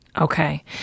Okay